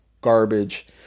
garbage